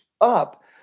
up